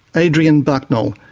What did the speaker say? adrian bucknell.